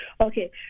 Okay